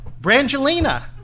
Brangelina